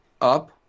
up